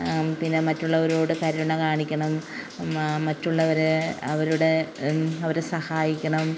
പിന്നെ മറ്റുള്ളവരോട് കരുണ കാണിക്കണം മറ്റുള്ളവരെ അവരുടെ അവരെ സഹായിക്കണം